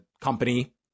company